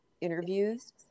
interviews